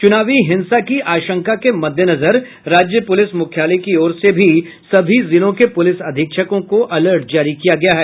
चुनावी हिंसा की आशंका के मद्देनजर राज्य पुलिस मुख्यालय की ओर से सभी जिलों के पुलिस अधीक्षकों को अलर्ट जारी किया गया है